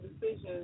decisions